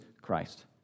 Christ